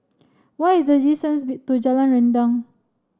what is the distance be to Jalan Rendang